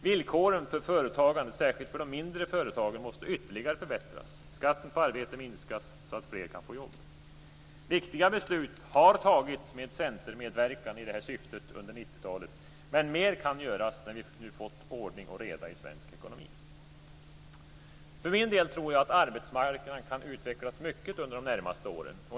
Villkoren för företagande, särskilt för de mindre företagen, måste ytterligare förbättras och skatten på arbete minskas så att fler kan få jobb. Viktiga beslut har fattats med centermedverkan i det här syftet under 90 talet, men mer kan göras när vi nu har fått ordning och reda i svensk ekonomi. För min del tror jag att arbetsmarknaden kan utvecklas mycket under de närmaste åren.